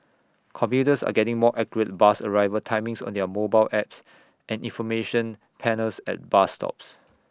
commuters are getting more accurate bus arrival timings on their mobile apps and information panels at bus stops